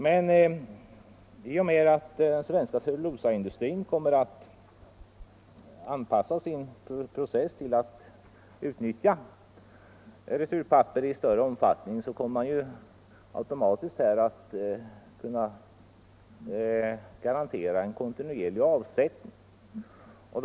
I och med att den svenska cellulosaindustrin anpassar sin process till att utnyttja returpapper i större omfattning kommer man automatiskt att kunna garantera en kontinuerlig avsättning för returpapperet.